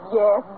yes